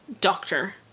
doctor